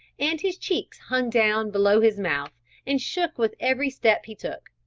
and his cheeks hung down below his mouth and shook with every step he took.